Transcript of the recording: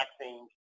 vaccines